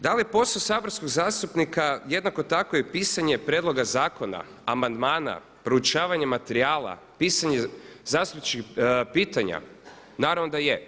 Da li je posao saborskog zastupnika jednako tako i pisanje prijedloga zakona, amandmana, proučavanje materijala, pisanje zastupničkih pitanja naravno da je.